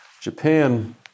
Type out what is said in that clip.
Japan